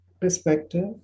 perspective